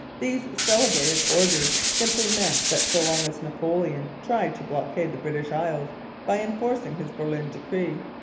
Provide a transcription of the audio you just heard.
these celebrated orders simply meant that so long as napoleon tried to blockade the british isles by enforcing his berlin decree,